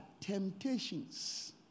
temptations